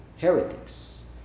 heretics